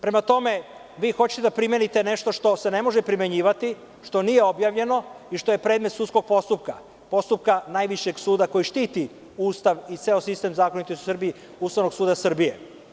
Prema tome, vi hoćete da primenite nešto što se ne može primenjivati, što nije objavljeno i što je predmet sudskog postupka, postupka najvišeg suda koji štiti Ustav i ceo sistem zakona u Srbiji Ustavnog suda Srbije.